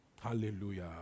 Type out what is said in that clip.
Hallelujah